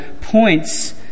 points